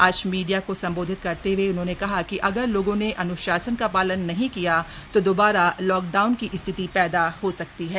आज मीडिया संबोधित करते हए उन्होंने कहा कि अगर लोगों ने अन्शासन का पालन नहीं किया तो दोबारा लॉकडाउन की स्थिति पैदा हो सकती है